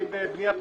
אם בבנייה פרטית,